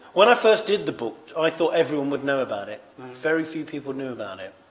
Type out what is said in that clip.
when i first did the book i thought everyone would know about it. very few people knew about it.